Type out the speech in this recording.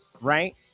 right